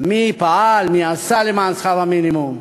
מי פעל, מי עשה למען שכר המינימום?